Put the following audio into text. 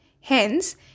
Hence